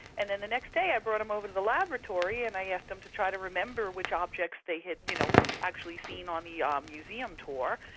and then the next day i brought them over to the laboratory and i asked them to try to remember which objects they had you know actually seen on the um museum tour.